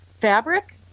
fabric